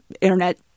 internet